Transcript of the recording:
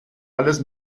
alles